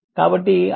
కాబట్టి 40 e 2 t 6